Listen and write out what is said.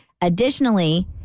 Additionally